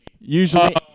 Usually